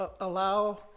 allow